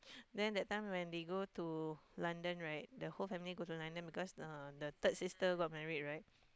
then that time when they go to London right the whole family go to London because uh the third sister got married right